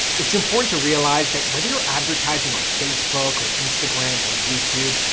it's important to realize that whether you're advertising on facebook or instagram or youtube,